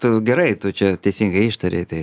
daug tu gerai tu čia teisingai ištarei tai